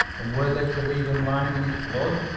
and were they to leave him lying in his blood,